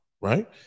right